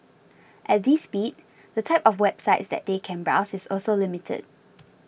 at this speed the type of websites that they can browse is also limited